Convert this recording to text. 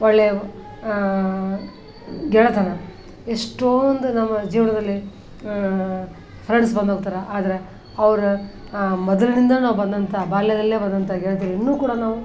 ಒಳ್ಳೆಯ ಗೆಳೆತನ ಎಷ್ಟೊಂದು ನಮ್ಮ ಜೀವನದಲ್ಲಿ ಫ್ರೆಂಡ್ಸ್ ಬಂದೋಗ್ತಾರೆ ಆದರೆ ಅವ್ರ ಆ ಮೊದಲಿನಿಂದಲೂ ನಾವು ಬಂದಂಥ ಬಾಲ್ಯದಲ್ಲೇ ಬಂದಂಥ ಗೆಳತಿಯರಿನ್ನನೂ ಕೂಡ ನಾವು